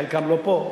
חלקם לא פה,